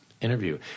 interview